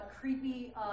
creepy